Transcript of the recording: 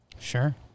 Sure